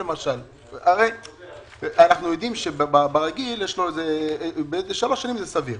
הרי אנחנו יודעים שברגיל יש לו שלוש שנים זה סביר,